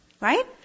Right